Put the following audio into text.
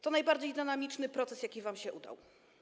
To najbardziej dynamiczny proces, jaki wam się udał.